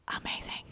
amazing